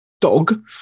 dog